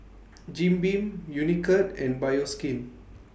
Jim Beam Unicurd and Bioskin